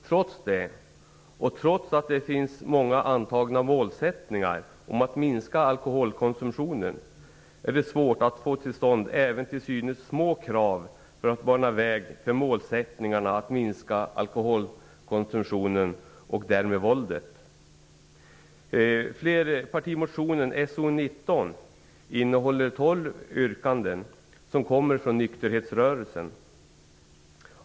Trots det, och trots att det finns många antagna målsättningar om att minska alkoholkonsumtionen är det svårt att få till stånd även till synes små krav för att bana väg för målsättningarna att minska alkoholkonsumtionen och därmed våldet. Flerpartimotionen SoU19 innehåller tolv yrkanden som kommer från nykterhetsrörelsen.